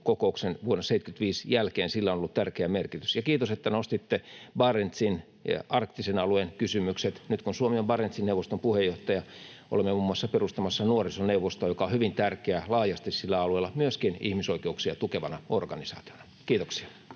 vuonna 75. Sillä on ollut tärkeä merkitys. Ja kiitos, että nostitte Barentsin ja arktisen alueen kysymykset. Nyt, kun Suomi on Barentsin neuvoston puheenjohtaja, olemme muun muassa perustamassa nuorisoneuvostoa, joka on hyvin tärkeä laajasti sillä alueella myöskin ihmisoikeuksia tukevana organisaationa. — Kiitoksia.